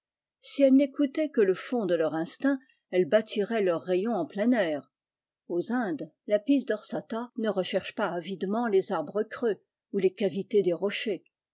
n le fond de leur instinct elfes datiraient leurs rayons en plein air aux indes vapis dorsata ne recherche pas avidemment les arbres creux ou les cavités des rochers